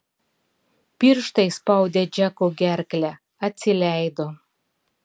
pirštai spaudę džeko gerklę atsileido